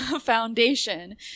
foundation